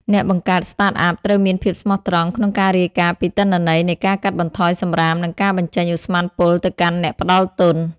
អ្នកបង្កើត Startup ត្រូវមានភាពស្មោះត្រង់ក្នុងការរាយការណ៍ពីទិន្នន័យនៃការកាត់បន្ថយសម្រាម និងការបញ្ចេញឧស្ម័នពុលទៅកាន់អ្នកផ្ដល់ទុន។